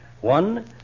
One